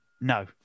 No